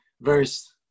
verse